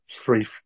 three